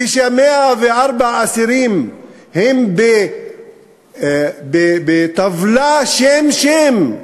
כש-104 האסירים הם בטבלה, שם שם.